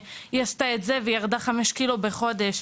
עשתה דבר מסוים והצליחה לרדת חמישה קילו בחודש״,